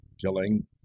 killing